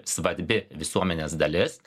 svarbi visuomenės dalis